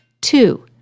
Two